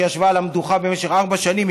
שישבה על המדוכה במשך ארבע שנים,